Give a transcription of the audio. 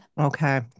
okay